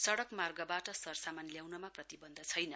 सडक मार्गबाट सरसमान ल्याउनमा प्रतिबन्ध छैन